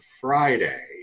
Friday